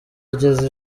ageza